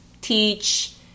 teach